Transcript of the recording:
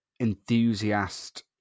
enthusiast